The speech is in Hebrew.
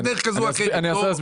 בדרך כזו או אחרת; מידי,